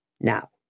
Now